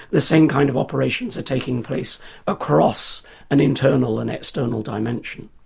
the same kind of operations are taking place across an internal and external dimension.